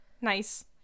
Nice